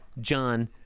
John